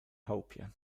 chałupie